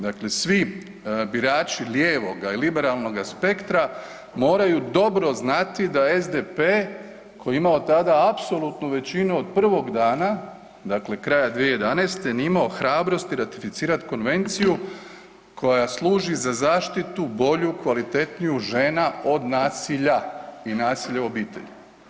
Dakle, svi birači lijevoga i liberalnoga spektra moraju dobro znati da SDP koji je imao tada apsolutnu većinu od prvog dana, dakle kraja 2011. nije imao hrabrosti ratificirat konvenciju koja služi za zaštitu bolju kvalitetniju žena od nasilja i nasilje u obitelji.